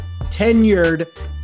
tenured